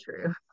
true